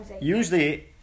usually